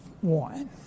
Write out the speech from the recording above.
one